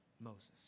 Moses